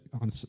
on